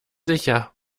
sicher